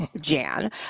Jan